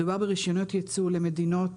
מדובר ברישיונות ייצוא למדינות